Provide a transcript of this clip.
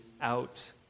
out